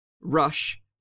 Rush